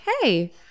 hey